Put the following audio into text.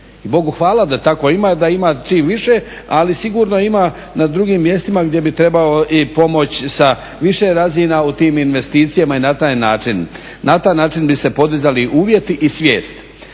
Bogu hvala da ima čim više ali sigurno ima na drugim mjestima gdje bi trebala pomoć i sa više razina u tim investicijama i na taj način bi se podizali uvjeti i svijest.